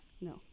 No